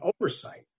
oversight